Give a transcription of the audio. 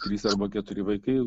trys arba keturi vaikai